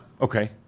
Okay